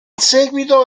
seguito